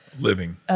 living